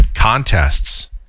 contests